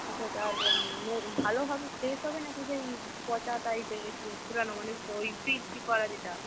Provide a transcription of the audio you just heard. আচ্ছা আচ্ছা আর ভালো হবে ফ্রেশ হবে নাকি সেই পচা টাইপের একটু পুরনো মানে ওই ফ্রিজ করা যেটা